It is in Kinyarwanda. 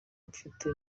mfite